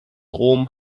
rom